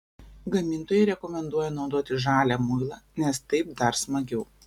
gamintojai rekomenduoja naudoti žalią muilą nes taip dar smagiau